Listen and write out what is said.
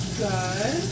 good